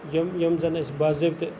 یِم یِم زَن اَسہِ باضٲبطہٕ